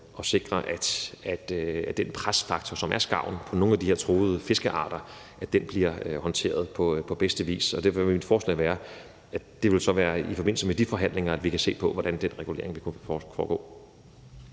at sikre, at den presfaktor, som skarven er på nogle af de her truede fiskearter, bliver håndteret på bedste vis. Derfor vil mit forslag være, at det vil være i forbindelse med de forhandlinger, at vi kan se på, hvordan den regulering vil kunne foregå.